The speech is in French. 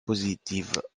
positive